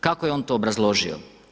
Kako je on to obrazložio?